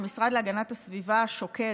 המשרד להגנת הסביבה שוקד,